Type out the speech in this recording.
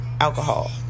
alcohol